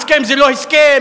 הסכם זה לא הסכם,